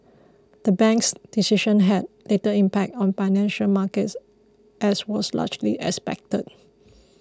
the bank's decision had little impact on financial markets as was largely expected